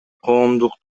коомдук